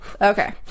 Okay